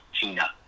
Tina